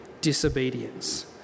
disobedience